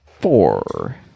four